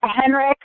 Henrik